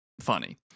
funny